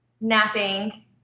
napping